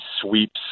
sweeps